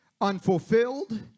unfulfilled